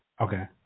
Okay